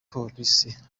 polisi